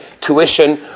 tuition